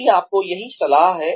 मेरी आपको यही सलाह है